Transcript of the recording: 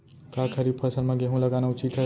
का खरीफ फसल म गेहूँ लगाना उचित है?